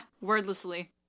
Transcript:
wordlessly